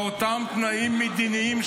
באותם תנאים מדיניים,